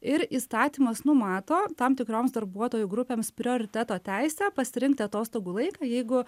ir įstatymas numato tam tikroms darbuotojų grupėms prioriteto teisę pasirinkti atostogų laiką jeigu